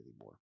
anymore